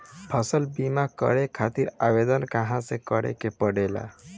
फसल बीमा करे खातिर आवेदन कहाँसे करे के पड़ेला?